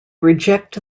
reject